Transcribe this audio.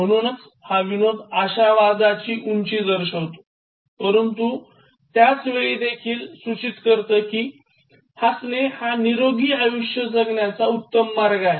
म्हणूनच हा विनोद आशावादाची उंची दर्शवितो परंतु त्याच वेळी हे देखील सूचित करते की हसणे हा निरोगी आयुष्य जगण्याचा उत्तम मार्ग आहे